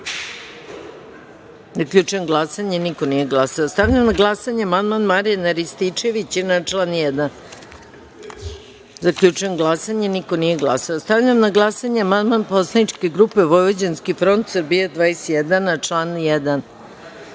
1.Zaključujem glasanje: niko nije glasao. Stavljam na glasanje amandman Marijana Rističivića na član 1.Zaključujem glasanje: niko nije glasao. Stavljam na glasanje amandman Poslaničke grupe Vojvođanski front, Srbija 21, na član